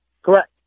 Correct